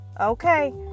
okay